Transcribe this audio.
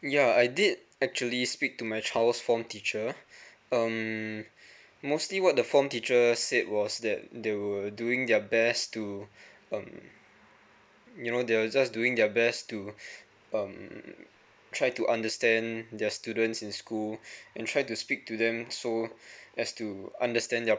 yeah I did actually speak to my child's form teacher um mostly what the form teacher said was that they were doing their best to um you know they was just doing their best to um try to understand their students in school and try to speak to them so as to understand their